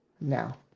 now